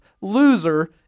loser